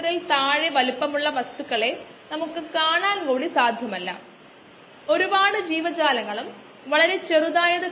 അതിനാൽ കോശങ്ങളുടെ ബാലൻസ് നമ്മൾ ചെയ്യുന്നു സാധാരണയായി ഇത് ബാച്ച് ബയോറിയാക്ടറിലെ കോശങ്ങളുടെ മാസ്സിനായി ആണ് എഴുതുന്നത്